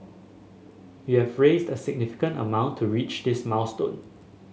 we have raised a significant amount to reach this milestone